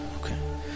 okay